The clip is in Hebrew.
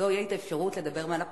תהיה לי האפשרות מעל הפודיום,